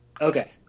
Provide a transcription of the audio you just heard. Okay